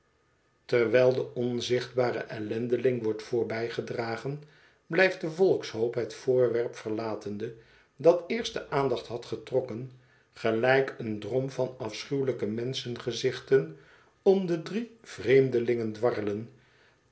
terwijl de onzichtbare ellendeling wordt voorbijgedragen blijft de volkshoop het voorwerp verlatende dat eerst de aandacht had getrokken gelijk een drom van afschuwelijke menschengezichten om de drie vreemdelingen dwarrelen